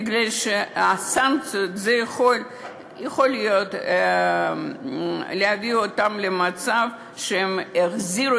מפני שהסנקציות יכולות להביא אותם למצב שהם יחזירו